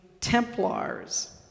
Templars